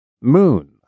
Moon